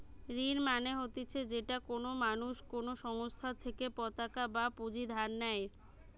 ঋণ মানে হতিছে যেটা কোনো মানুষ কোনো সংস্থার থেকে পতাকা বা পুঁজি ধার নেই